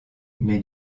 mais